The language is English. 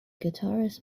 guitarist